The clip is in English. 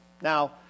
Now